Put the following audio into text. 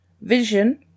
Vision